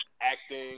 acting